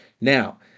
Now